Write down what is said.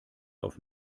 auf